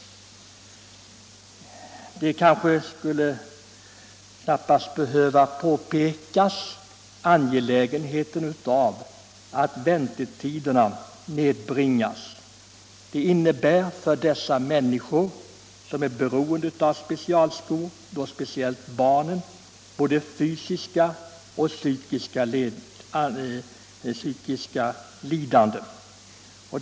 Det behöver knappast påpekas hur angeläget det är att väntetiderna nedbringas. De innebär för de människor som är beroende av specialskor, speciellt barnen, både fysiska och psykiska lidanden.